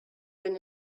been